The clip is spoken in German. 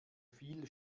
viel